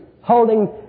Holding